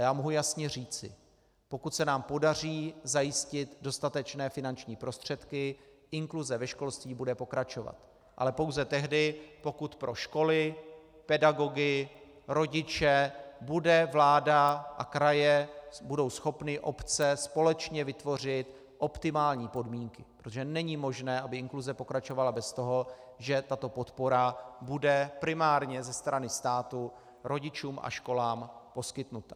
Já mohu jasně říci pokud se nám podaří zajistit dostatečné finanční prostředky, inkluze ve školství bude pokračovat, ale pouze tehdy, pokud pro školy, pedagogy, rodiče budou vláda, kraje a obce schopny společně vytvořit optimální podmínky, protože není možné, aby inkluze pokračovala bez toho, že tato podpora bude primárně ze strany státu rodičům a školám poskytnuta.